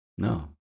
No